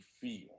feel